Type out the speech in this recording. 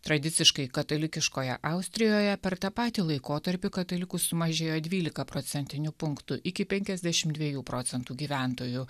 tradiciškai katalikiškoje austrijoje per tą patį laikotarpį katalikų sumažėjo dvylika procentinių punktų iki penkiasdešim dviejų procentų gyventojų